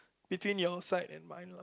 between your side and mine lah